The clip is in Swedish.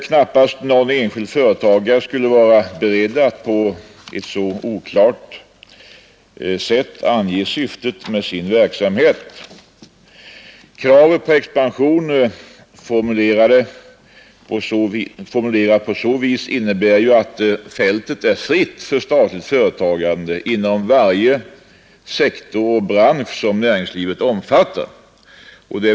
Knappast någon enskild företagare skulle vara beredd att på ett så oklart sätt ange syftet med sin verksamhet. Kraven på expansion formulerade på så vis innebär att fältet är fritt för statligt företagande inom varje sektor och bransch som näringslivet omfattar.